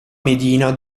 medina